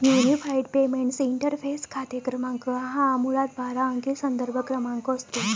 unified payments interface खाते क्रमांक हा मुळात बारा अंकी संदर्भ क्रमांक असतो